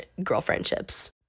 girlfriendships